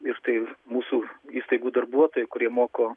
ir štai mūsų įstaigų darbuotojai kurie moko